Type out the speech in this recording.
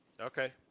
Okay